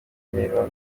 imirimo